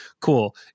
Cool